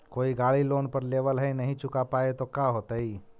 कोई गाड़ी लोन पर लेबल है नही चुका पाए तो का होतई?